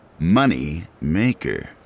Moneymaker